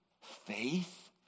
faith